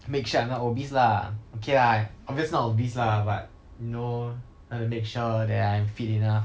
make sure I'm not obese lah okay ah I obviously not obese lah but you know try to make sure that I'm fit enough